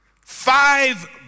Five